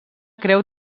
creu